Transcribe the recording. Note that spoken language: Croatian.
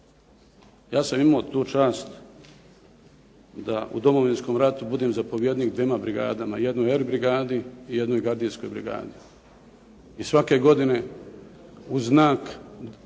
Ja sam imao tu čast da u Domovinskom ratu budem zapovjednik dvjema brigama, jednoj R brigadi i jednoj gardijskoj brigadi. I svake godine u znak,